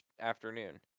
afternoon